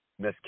Miss